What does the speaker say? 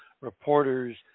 reporters